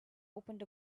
opened